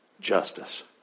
justice